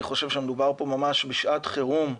אני חושב שמדובר פה בשעת חירום,